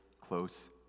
close